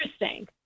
interesting